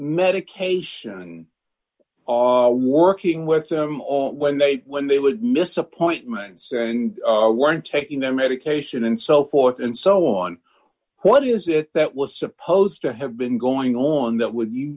medication and are working with them all when they when they would miss appointments and weren't taking their medication and so forth and so on what is it that was supposed to have been going on that w